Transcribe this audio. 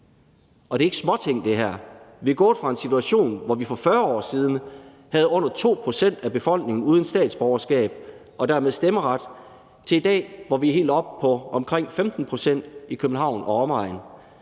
her er jo ikke småting. Vi er gået fra en situation, hvor vi for 40 år siden havde under 2 pct. af befolkningen uden statsborgerskab og dermed stemmeret, til i dag, hvor vi er helt oppe på omkring 15 pct. i København og omegn,